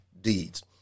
deeds